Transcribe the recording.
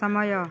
ସମୟ